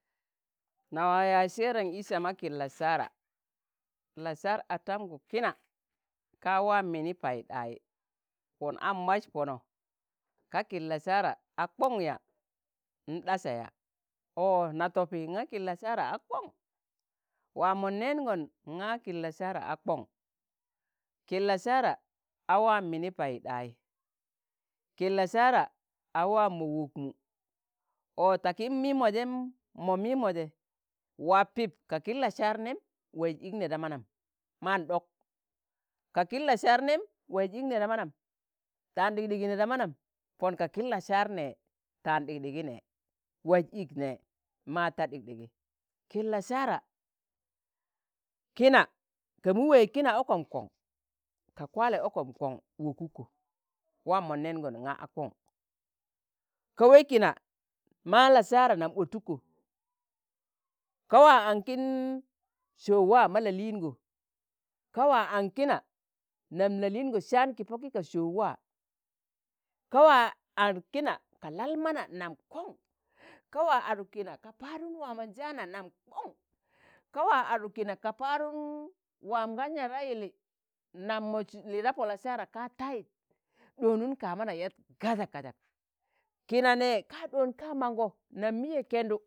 na waa yaaz seeranṇ i sama kin lasara, la'saar atamgu kina, ka waa mini paiɗai pọn aṇ maz pono ka kin la'saara a kong yaa? n'dasa ya? ọ na topi ṇga kin la'saara a kọṇ, waa mo nẹẹng̣ọn ng̣a kin la'saara a kon, kin la'saara a waa mini paiɗai, ki la'saara a waa mo wokmo, ọ takin mimo jem mo mimo je, waa pip ka kin la'saar nem waiz ik ne da manamman ɗok, ka kin la'saar nem waiz ik ne da manam, ta̱an ɗikɗigi nẹ da manan pọn ka kin la'saar nẹ ta̱an ɗikɗigi ne, waiz ik nẹ, ma ta dik- digi, kin la'saara, kina ka mu weeg kina ọkọm kọṇ ka kwaale okom kon wokukko, n'waa mon neengon nga a kon, ka wee kina ma la'saara nam otukko, ka waa aṇ kin so̱g waa ma la'liigo, ka waa an kina nam la'liigo saan ki poki ka so̱o waa, ka wa ad kina ka lal mana nam kon, ka waa aduk kina ka padum waamonjaana nam kon, ka waa aduk kina ka padum waam ga yaa da yili nam mo lii da po la'saara ka taiz, ɗonun kamana yat kazak kazak. kina ne ka ɗoon ka mango nam miye kendu,